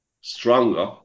stronger